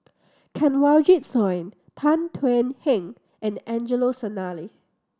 Kanwaljit Soin Tan Thuan Heng and Angelo Sanelli